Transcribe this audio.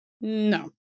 No